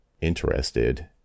interested